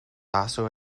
also